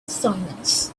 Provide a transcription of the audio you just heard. silence